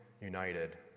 united